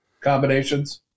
combinations